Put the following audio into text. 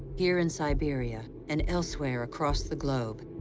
here in siberia, and elsewhere across the globe,